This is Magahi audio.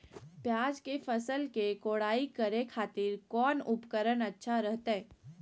प्याज के फसल के कोढ़ाई करे खातिर कौन उपकरण अच्छा रहतय?